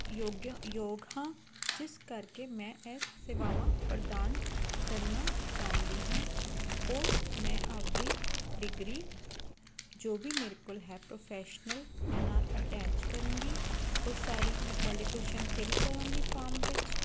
ਯੋਗਿਆ ਯੋਗ ਹਾਂ ਜਿਸ ਕਰਕੇ ਮੈਂ ਇਹ ਸੇਵਾਵਾਂ ਪ੍ਰਦਾਨ ਕਰਨਾ ਚਾਹੁੰਦੀ ਹਾਂ ਉਹ ਮੈਂ ਆਪਦੀ ਡਿਗਰੀ ਜੋ ਵੀ ਮੇਰੇ ਕੋਲ ਹੈ ਪ੍ਰੋਫੈਸ਼ਨਲ ਮੈਂ ਨਾਲ ਅਟੈਚ ਕਰੂੰਗੀ ਉਹ ਸਾਰੀ ਮੈਂ ਕੁਆਲੀਫਿਕੇਸ਼ਨ ਫਿਲ ਕਰੂੰਗੀ ਫਾਰਮ ਵਿੱਚ